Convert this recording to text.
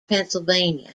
pennsylvania